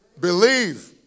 believe